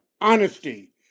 honesty